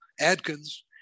Adkins